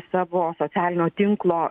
savo socialinio tinklo